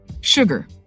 sugar